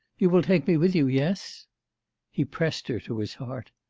you will take me with you, yes he pressed her to his heart.